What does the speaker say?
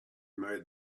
made